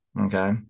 Okay